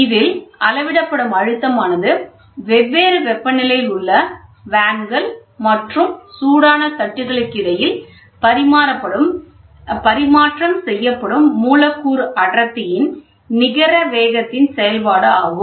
இதில் அளவிடப்படும் அழுத்தமானது வெவ்வேறு வெப்பநிலையில் உள்ள வேன்கள் மற்றும் சூடான தட்டுகளுக்கு இடையில் பரிமாற்றம் செய்யப்படும் மூலக்கூறு அடர்த்தியின் நிகர வேகத்தின் செயல்பாடாகும்